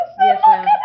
Yes